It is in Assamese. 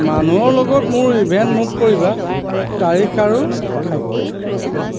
মানুহৰ লগত মোৰ ইভেণ্ট নোট কৰিবা তাৰিখ আৰু ঠাইত